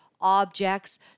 objects